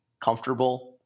comfortable